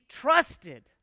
trusted